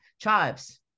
Chives